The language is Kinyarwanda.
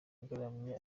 agaramye